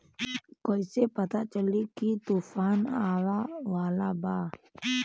कइसे पता चली की तूफान आवा वाला बा?